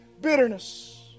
bitterness